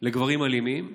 לגברים אלימים,